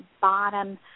bottom